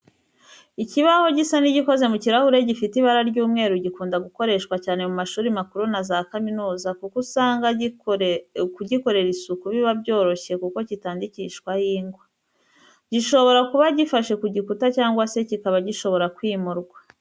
Ikibaho gisa n'igikoze mu kirahuri, gifite ibara ry'umweru gikunda gukoreshwa cyane mu mashuri makuru na za kaminuza kuko usanga kugikorera isuku biba byoroshye kuko kitandikishwaho ingwa. Gishobora kuba gifashe ku gikuta cyangwa se kikaba gishobora kwimurwa.